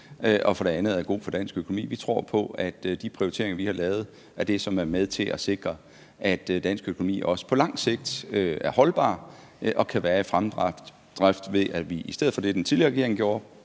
og for det andet er god for dansk økonomi. Vi tror på, at de prioriteringer, vi har lavet, er nogen, som er med til at sikre, at dansk økonomi også på lang sigt er holdbar og kan være i fremdrift, ved at vi nu i stedet for at bruge masser af kræfter